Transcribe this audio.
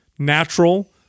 natural